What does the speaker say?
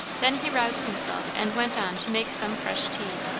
then he roused himself and went on to make some fresh tea.